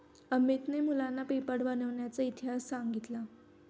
अमितने मुलांना पेपर बनविण्याचा इतिहास सांगितला